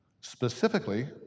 Specifically